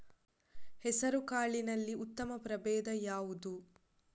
ಹೆಸರುಕಾಳಿನಲ್ಲಿ ಉತ್ತಮ ಪ್ರಭೇಧ ಯಾವುದು?